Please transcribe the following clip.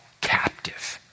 captive